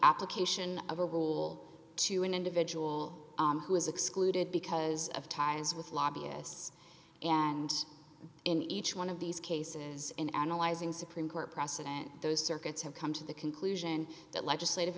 application of a rule to an individual who is excluded because of ties with lobbyists and in each one of these cases in analyzing supreme court precedent those circuits have come to the conclusion that legislative